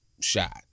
shot